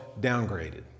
downgraded